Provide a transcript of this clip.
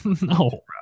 No